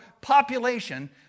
population